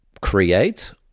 create